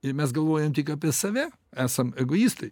ir mes galvojam tik apie save esam egoistai